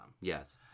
Yes